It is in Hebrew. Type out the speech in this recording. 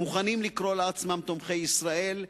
מוכנים לקרוא לעצמם תומכי ישראל,